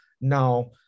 now